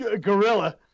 gorilla